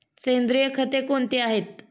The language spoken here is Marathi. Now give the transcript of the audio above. सेंद्रिय खते कोणती आहेत?